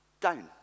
down